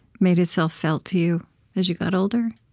made itself felt to you as you got older?